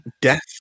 death